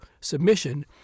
submission